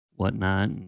whatnot